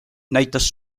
näitas